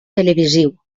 televisiu